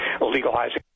legalizing